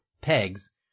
pegs